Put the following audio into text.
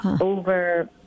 over